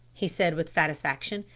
he said with satisfaction.